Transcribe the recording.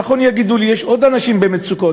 נכון, יגידו לי: יש עוד אנשים במצוקות.